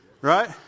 right